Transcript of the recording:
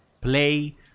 play